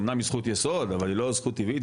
אמנם היא זכות יסוד אבל היא לא זכות טבעית.